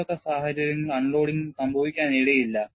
ഏതൊക്കെ സാഹചര്യങ്ങളിൽ അൺലോഡിംഗ് സംഭവിക്കാനിടയില്ല